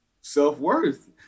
self-worth